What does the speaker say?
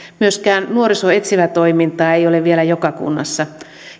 myöskään nuorisoetsivätoimintaa ei ole vielä joka kunnassa